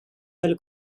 del